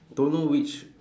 don't know which